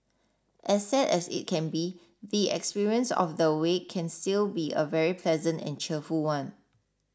as sad as it can be the experience of the wake can still be a very pleasant and cheerful one